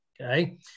Okay